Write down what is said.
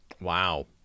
Wow